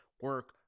Work